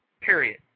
period